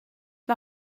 mae